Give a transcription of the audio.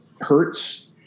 hurts